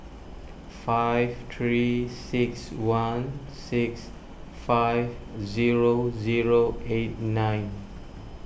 five three six one six five zero zero eight nine